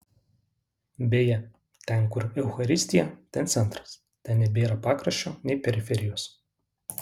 beje ten kur eucharistija ten centras ten nebėra pakraščio nei periferijos